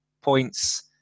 points